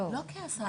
לא כהסעה,